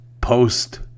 post